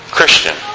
Christian